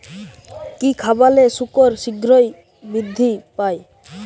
কি খাবালে শুকর শিঘ্রই বৃদ্ধি পায়?